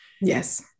Yes